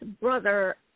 Brother